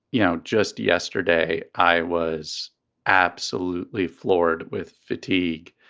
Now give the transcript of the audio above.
you know, just yesterday, i was absolutely floored with fatigue,